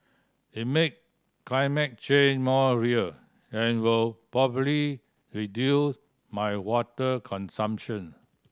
it make climate change more real and will probably reduce my water consumption